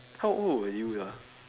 how old were you ah